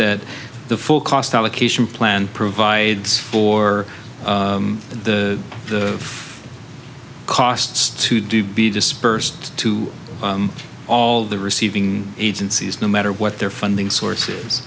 that the full cost allocation plan provides for the the costs to do be dispersed to all the receiving agencies no matter what their funding sources